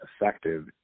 effective